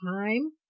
time